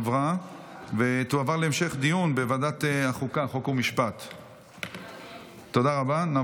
לוועדת החוקה, חוק ומשפט נתקבלה.